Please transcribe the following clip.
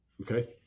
okay